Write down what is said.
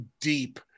deep